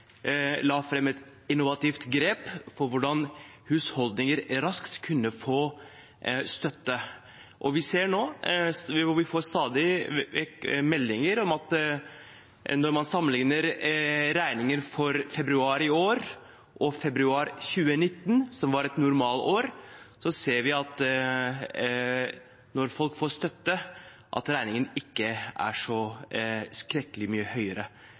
la fram et innovativt grep for hvordan husholdninger raskt kunne få støtte. Vi får stadig vekk meldinger om at når man sammenligner regninger for februar i år og februar 2019, som var et normalår, så